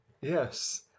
yes